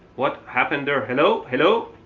what happened there? hello. hello?